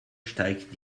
steigt